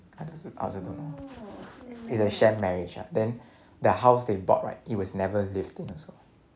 I also I also don't know it's a sham marriage ah then the house they bought right it was never lived in also